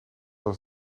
was